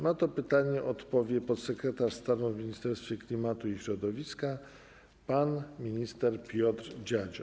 Na to pytanie odpowie podsekretarz stanu w Ministerstwie Klimatu i Środowiska pan minister Piotr Dziadzio.